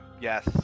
yes